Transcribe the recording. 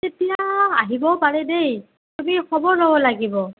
এতিয়া আহিবও পাৰে দেই আমি খবৰ ল'ব লাগিব